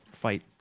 fight